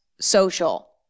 social